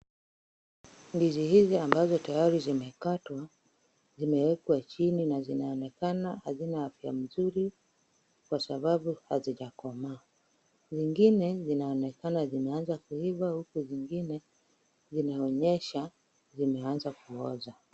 Ndizi hizi ambazo tayari zimekatwa zimewekwa chini na zinaonekana hazina afya nzuri kwa sababu hazijakomaa. Zingine zinaonekana zimeanza kuiva huku zingine zinaonyesha zimeanza kuoza.